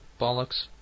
bollocks